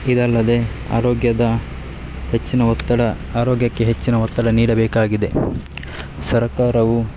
ಇದಲ್ಲದೆ ಆರೋಗ್ಯದ ಹೆಚ್ಚಿನ ಒತ್ತಡ ಆರೋಗ್ಯಕ್ಕೆ ಹೆಚ್ಚಿನ ಒತ್ತಡ ನೀಡಬೇಕಾಗಿದೆ ಸರಕಾರವು